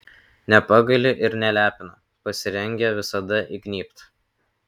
nepagaili ir nelepina pasirengę visada įgnybt